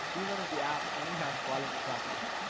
even if the app only has while-in-use access.